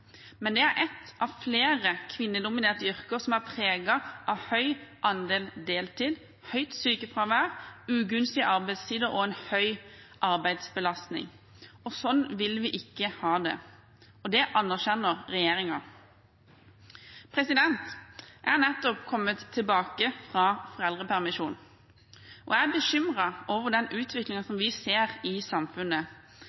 men det er ett av flere kvinnedominerte yrker som er preget av høy andel deltid, høyt sykefravær, ugunstige arbeidstider og en høy arbeidsbelastning. Sånn vil vi ikke ha det. Det anerkjenner regjeringen. Jeg har nettopp kommet tilbake fra foreldrepermisjon, og jeg er bekymret over den